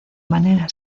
manera